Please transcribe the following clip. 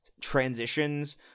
transitions